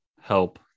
help